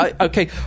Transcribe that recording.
Okay